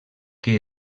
què